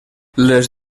les